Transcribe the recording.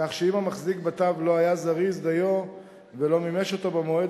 כך שאם המחזיק בתו לא היה זריז דיו ולא מימש אותו במועד,